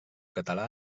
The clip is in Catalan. català